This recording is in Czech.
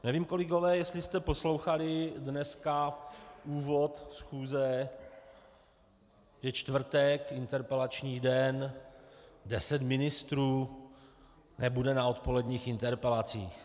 Nevím, kolegové, jestli jste poslouchali dneska úvod schůze, je čtvrtek, interpretační den deset ministrů nebude na odpoledních interpelacích.